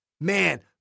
Man